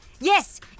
Yes